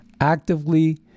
actively